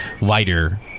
lighter